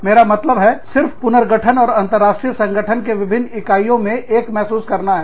तो मेरा मतलब है सिर्फ पुनर्गठन और अंतरराष्ट्रीय संगठन के विभिन्न इकाइयों में एक महसूस करना है